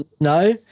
no